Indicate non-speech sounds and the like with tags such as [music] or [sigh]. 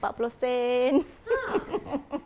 empat puluh sen [laughs]